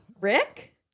Rick